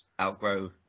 outgrow